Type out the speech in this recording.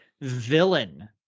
villain